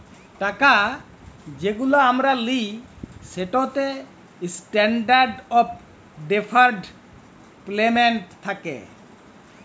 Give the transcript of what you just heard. টাকা যেগুলা আমরা লিই সেটতে ইসট্যান্ডারড অফ ডেফার্ড পেমেল্ট থ্যাকে